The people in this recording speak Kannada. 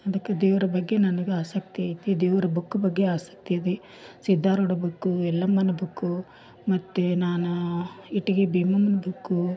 ಅದಕ್ಕೆ ದೇವ್ರ ಬಗ್ಗೆ ನನಗೆ ಆಸಕ್ತಿ ಐತಿ ದೇವ್ರ ಬುಕ್ ಬಗ್ಗೆ ಆಸಕ್ತಿ ಇದೆ ಸಿದ್ಧಾರೂಢ ಬುಕ್ಕು ಯಲ್ಲಮ್ಮನ ಬುಕ್ಕು ಮತ್ತು ನಾನಾ ಇಟ್ಗಿ ಭೀಮಮ್ಮಂದು ಬುಕ್ಕು